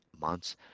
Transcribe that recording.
months